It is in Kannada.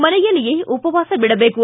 ಮನೆಯಲ್ಲಿಯೇ ಉಪವಾಸ ಬಿಡಬೇಕು